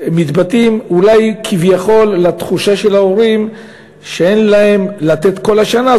מתבטאים אולי בתחושה של ההורים שכביכול אין להם לתת כל השנה,